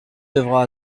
devra